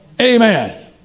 Amen